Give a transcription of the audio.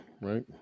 right